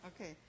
Okay